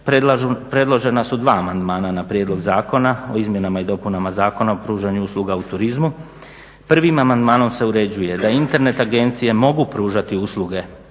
predložena su dva amandmana na prijedlog zakona o izmjenama i dopunama Zakona o pružanju usluga u turizmu. Prvim amandmanom se uređuje da Internet agencije mogu pružati usluge